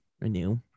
renew